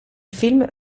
film